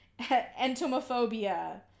entomophobia